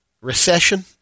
recession